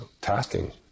tasking